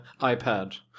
iPad